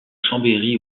chambéry